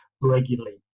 regularly